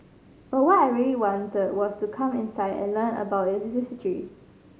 but what I really wanted was to come inside and learn about its history